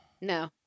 No